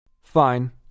Fine